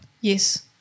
Yes